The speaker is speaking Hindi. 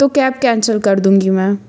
तो कैब कैंसल कर दूँगी मैं